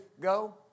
go